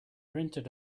rented